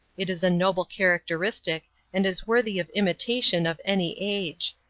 it is a noble characteristic and is worthy of imitation of any age.